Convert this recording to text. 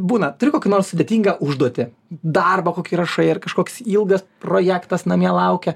būna turiu kokią nors sudėtingą užduotį darbą kokį rašai ar kažkoks ilgas projektas namie laukia